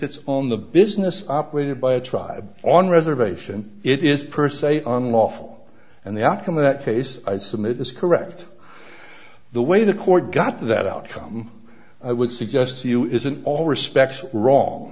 it's on the business operated by a tribe on reservation it is per se on lawful and the outcome of that case i submit is correct the way the court got that outcome i would suggest to you isn't all respects wrong